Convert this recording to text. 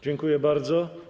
Dziękuję bardzo.